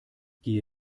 gehe